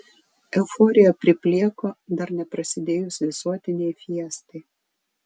euforija priplėko dar neprasidėjus visuotinei fiestai